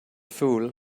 fool